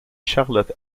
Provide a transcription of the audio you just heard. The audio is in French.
charlotte